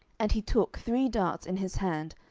and he took three darts in his hand,